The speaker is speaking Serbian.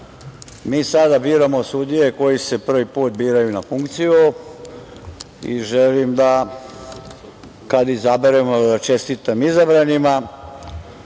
mi sada biramo sudije koje se prvi put biraju na funkciju i želim da kada izaberemo da čestitam izabranima,